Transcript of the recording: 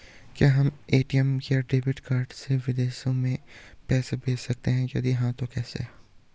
क्या हम ए.टी.एम या डेबिट कार्ड से विदेशों में पैसे भेज सकते हैं यदि हाँ तो कैसे?